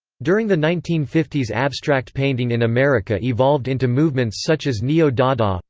during the nineteen fifty s abstract painting in america evolved into movements such as neo-dada,